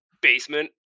basement